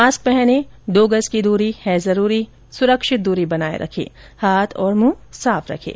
mask पहनें दो गज़ की दूरी है जरूरी सुरक्षित दूरी बनाए रखें हाथ और मुंह साफ रखें